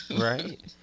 Right